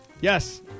Yes